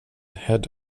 head